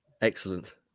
Excellent